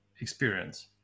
experience